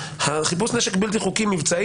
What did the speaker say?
חיפוש נשק בלתי חוקי מבצעי,